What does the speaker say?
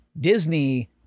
Disney